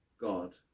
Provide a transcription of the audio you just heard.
God